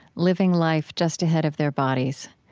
living life just ahead of their bodies.